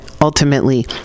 ultimately